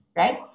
right